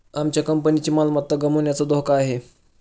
आमच्या कंपनीची मालमत्ता गमावण्याचा धोका आहे